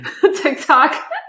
tiktok